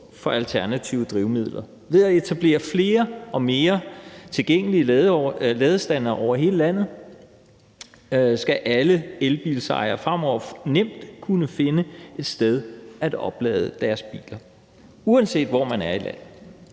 for alternative drivmidler. Ved at der etableres flere og mere tilgængelige ladestandere over hele landet, skal alle elbilsejere fremover nemt kunne finde et sted at oplade deres biler, uanset hvor man er i landet.